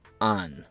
on